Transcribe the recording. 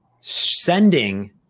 sending